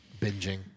binging